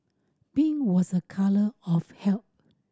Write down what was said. pink was a colour of health